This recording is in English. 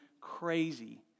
crazy